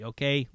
Okay